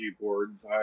boards